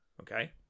Okay